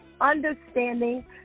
understanding